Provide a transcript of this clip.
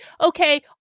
Okay